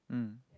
mm